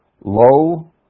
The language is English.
low